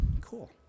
Cool